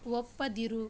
ಒಪ್ಪದಿರು